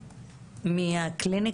בוקר טוב,